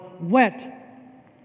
wet